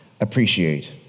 Appreciate